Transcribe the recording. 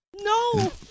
No